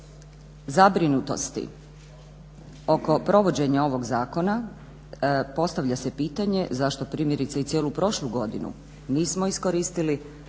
zabrinutosti oko provođenja ovog zakona postavlja se pitanje zašto primjerice i cijelu prošlu godinu nismo iskoristili